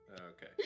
Okay